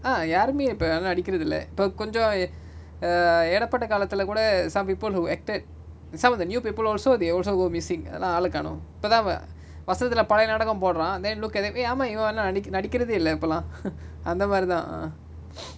ah யாருமே இப்ப நல்லா நடிக்குரது இல்ல இப்ப கொஞ்சோ:yarume ippa nalla nadikurathu illa ippa konjo eh err ஏரபட்ட காலத்துல கூட:yerapatta kaalathula kooda some people who acted some of the new people also they also go missing அதலா ஆலகாணு இப்பதா:athala aalakanu ippatha va~ வசந்ததுல பலய நாடகம் போடுரா:vasanthathula palaya naadakam podura then look at them eh ஆமா இவன்லா:aama ivanla nadik~ நடிகுரதே இல்ல இப்பலா:nadikurathe illa ippala அந்தமாரிதா:anthamaritha ah